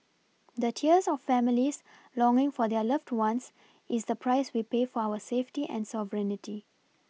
the tears of families longing for their loved ones is the price we pay for our safety and sovereignty